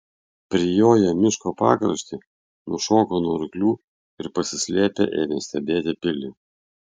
prijoję miško pakraštį nušoko nuo arklių ir pasislėpę ėmė stebėti pilį